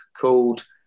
called